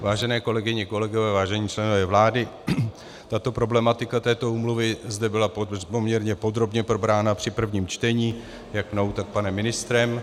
Vážené kolegyně, kolegové, vážení členové vlády, problematika této úmluvy zde byla poměrně podrobně probrána při prvním čtení jak mnou, tak panem ministrem.